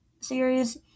series